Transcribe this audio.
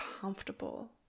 comfortable